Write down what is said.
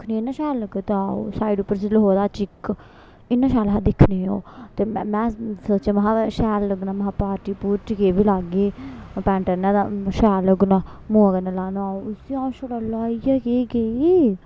दिक्खने इ'न्ना शैल लगा दा हा ओह् साइड उप्पर जे लखोए दा हा चिक इ'न्ना शैल हा दिक्खने ओह् ते में में सोचेआ महां शैल लग्गना महां पार्टी पुर्टियें बी लागी पैंटा ने ते शैल लग्गना मोए कन्नै लाना होग उसी आ'ऊं छड़ा लाइयै केह् गेई